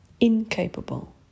Incapable